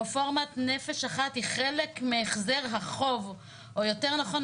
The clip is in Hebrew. רפורמת "נפש אחת" היא חלק מהחזר החוב או יותר נכון,